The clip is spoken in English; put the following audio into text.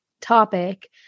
topic